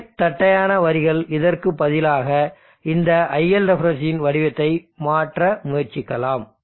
நேர் தட்டையான வரிகள் இருப்பதற்கு பதிலாக இந்த iLrefன் வடிவத்தை மாற்ற முயற்சிக்கலாம்